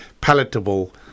palatable